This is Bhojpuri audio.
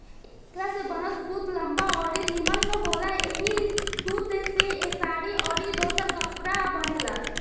एकरा से बनल सूत लंबा अउरी निमन होला ऐही सूत से साड़ी अउरी दोसर कपड़ा बनेला